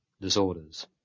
disorders